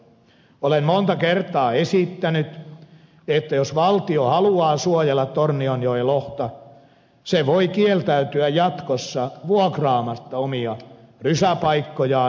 olen monta kertaa esittänyt että jos valtio haluaa suojella tornionjoen lohta se voi kieltäytyä jatkossa vuokraamasta omia rysäpaikkojaan